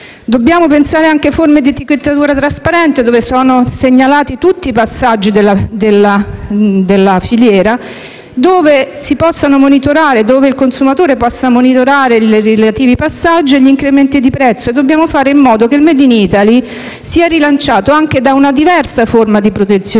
Dobbiamo pensare anche a forme di etichettatura trasparente, in cui siano segnalati tutti i passaggi della filiera, in modo tale da consentire al consumatore di monitorare i relativi passaggi e gli incrementi di prezzo. Dobbiamo fare in modo che il *made in Italy* sia rilanciato anche da una diversa forma di protezionismo,